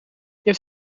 hebt